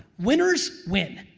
winners win.